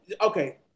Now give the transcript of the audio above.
Okay